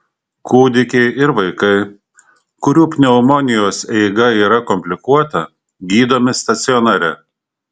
kūdikiai ir vaikai kurių pneumonijos eiga yra komplikuota gydomi stacionare